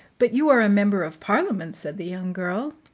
but you are a member of parliament, said the young girl.